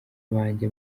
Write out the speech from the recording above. banjye